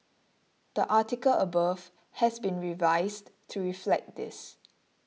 the article above has been revised to reflect this